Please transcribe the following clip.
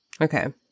Okay